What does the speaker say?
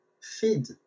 feed